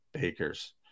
Baker's